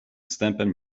wstępem